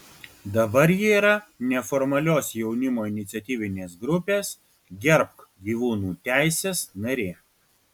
dabar ji yra neformalios jaunimo iniciatyvinės grupės gerbk gyvūnų teises narė